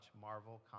Marvel